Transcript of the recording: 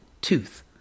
Tooth